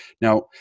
Now